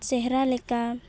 ᱪᱮᱦᱨᱟ ᱞᱮᱠᱟ